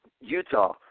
Utah